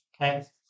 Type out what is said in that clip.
Okay